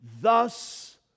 thus